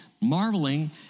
marveling